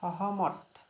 সহমত